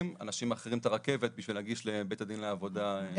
אנשים מאחרים את הרכבת בשביל להגיש לבית הדין לעבודה תביעה.